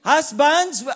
Husbands